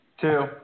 two